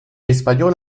español